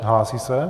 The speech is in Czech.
Hlásí se?